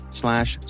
slash